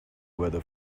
weather